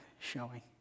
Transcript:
Showing